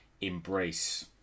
embrace